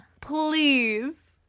Please